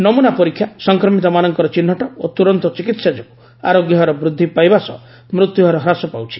ନମ୍ରନା ପରୀକ୍ଷା ସଂକ୍ରମିତ ମାନଙ୍କର ଚିହ୍ନଟ ଓ ତୁରନ୍ତ ଚିକିତ୍ସା ଯୋଗୁଁ ଆରୋଗ୍ୟହାର ବୃଦ୍ଧି ପାଇବା ସହ ମୃତ୍ୟୁହାର ହ୍ରାସ ପାଉଛି